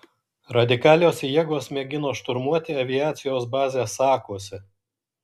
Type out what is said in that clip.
radikalios jėgos mėgino šturmuoti aviacijos bazę sakuose